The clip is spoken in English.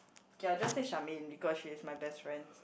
okay I'll just say Charmaine because she's my best friends